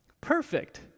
Perfect